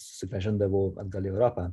susigrąžindavo atgal į europą